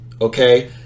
okay